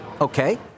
Okay